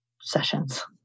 sessions